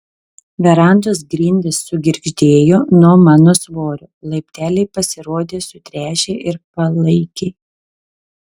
verandos grindys sugirgždėjo nuo mano svorio laipteliai pasirodė sutręšę ir palaikiai